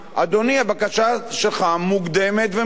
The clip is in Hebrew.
הבקשה שלך מוקדמת ומוגזמת.